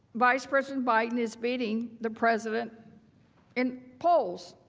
vice president biden is beating the president in polls.